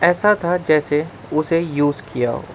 ایسا تھا جیسے اسے یوز کیا ہو